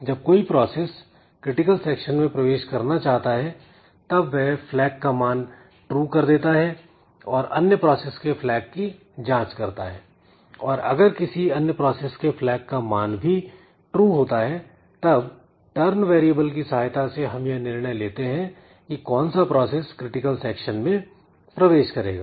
जब कोई process critical section में प्रवेश करना चाहता है तब वह flag का मान ट्रू कर देता है और अन्य प्रोसेस के flag की जांच करता है और अगर किसी अन्य प्रोसेस के फ्लैग का मान भी ट्रू होता है तब टर्न वेरिएबल की सहायता से हम यह निर्णय लेते हैं कि कौन सा प्रोसेस क्रिटिकल सेक्शन में प्रवेश करेगा